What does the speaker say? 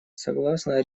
согласно